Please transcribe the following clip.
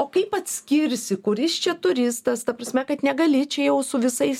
o kaip atskirsi kuris čia turistas ta prasme kad negali čia jau su visais